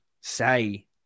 say